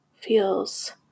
feels